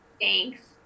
Thanks